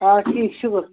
آ ٹھیٖک شُکُر